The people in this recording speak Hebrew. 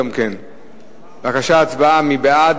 בבקשה, מי בעד?